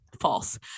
False